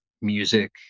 music